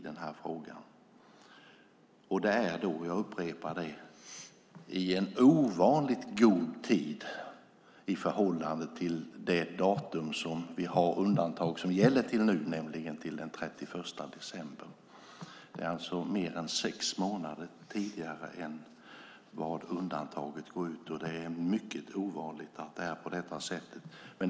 Det är då - jag upprepar det - i ovanligt god tid i förhållande till det datum som vårt undantag gäller till, nämligen den 31 december. Det är alltså mer än sex månader innan undantaget går ut, och det är mycket ovanligt att det är på detta sätt.